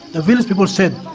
the village people said,